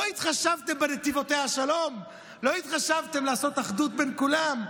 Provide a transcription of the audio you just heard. לא התחשבתם ב"נתיבותיה שלום"; לא התחשבתם בלעשות אחדות בין כולם.